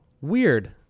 Weird